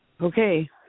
Okay